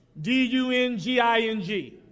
D-U-N-G-I-N-G